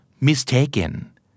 mistaken